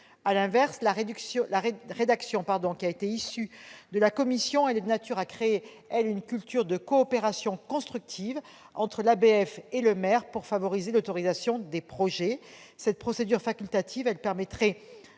À l'inverse, la rédaction issue des travaux de la commission est de nature à créer une culture de coopération constructive entre l'ABF et le maire pour favoriser l'autorisation des projets. Cette procédure facultative permettrait